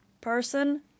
person